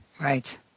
Right